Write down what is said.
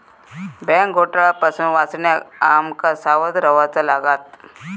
bank घोटाळा पासून वाचण्याक आम का सावध रव्हाचा लागात